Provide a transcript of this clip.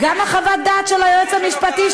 את לא קראת את ההחלטה.